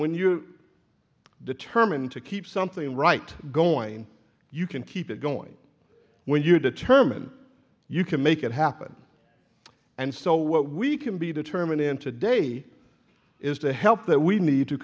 when you are determined to keep something right going you can keep it going when you determine you can make it happen and so what we can be determined in today is to help that we need to